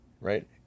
right